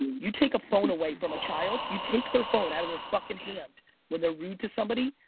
you take a phone away from a child, you take their phone out of their fucking hand when they're rude to somebody,